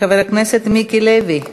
חבר הכנסת מיקי לוי.